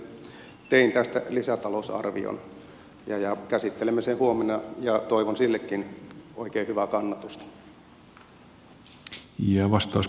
tein tästä lisätalousarvion ja käsittelemme sen huomenna ja toivon sillekin oikein hyvää kannatusta